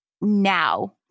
now